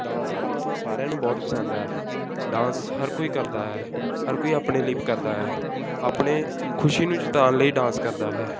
dance ਕਰਨਾ ਸਾਰਿਆਂ ਨੂੰ ਬਹੁਤ ਪਸੰਦ ਹੈ ਡਾਂਸ ਹਰ ਕੋਈ ਕਰਦਾ ਹੈ ਹਰ ਕੋਈ ਆਪਣੇ ਲਈ ਕਰਦਾ ਹੈ ਆਪਣੇ ਖੁਸ਼ੀ ਨੂੰ ਜਤਾਉਣ ਲਈ ਡਾਂਸ ਕਰਦਾ ਹੈ